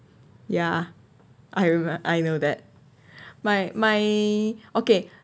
ya I rem~ I know that my my okay